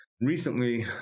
recently